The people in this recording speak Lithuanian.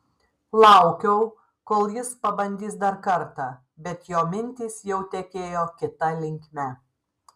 laukiau kol jis pabandys dar kartą bet jo mintys jau tekėjo kita linkme